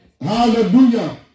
Hallelujah